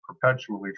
perpetually